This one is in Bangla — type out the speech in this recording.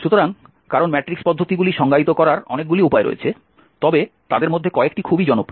সুতরাং কারণ ম্যাট্রিক্সের পদ্ধতিগুলি সংজ্ঞায়িত করার অনেকগুলি উপায় রয়েছে তবে তাদের মধ্যে কয়েকটি খুব জনপ্রিয়